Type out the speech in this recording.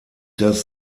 das